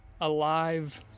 alive